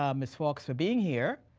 um miss fawkes for being here.